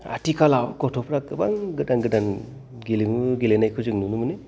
आथिखालाव ग'थ'फ्रा गोबां गोदान गोदान गेलेमु गेलेनायखौ जों नुनो मोनो